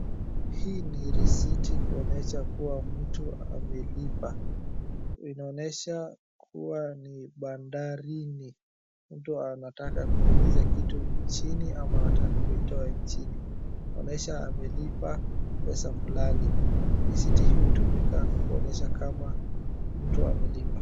Hii ni risiti kuonyesha kuwa mtu amelipa. Inaonyesha kuwa ni bandarini, mtu anataka kuingiza kitu nchini ama anataka kuitoa nchini. Inaonyesha amelipa pesa fulani. Risiti hii hutumika kuonyesha kama mtu amelipa.